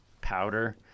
powder